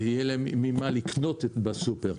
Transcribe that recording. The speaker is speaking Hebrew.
ויהיה להם ממה לקנות בסופר.